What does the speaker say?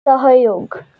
सहयोग